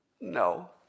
No